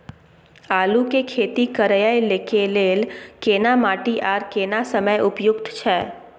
आलू के खेती करय के लेल केना माटी आर केना समय उपयुक्त छैय?